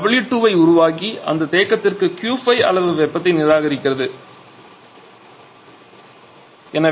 Q4 W2 ஐ உருவாக்கி அந்த தேக்கத்திற்கு Q5 அளவு வெப்பத்தை நிராகரிக்கிறது Q5 செல்கிறது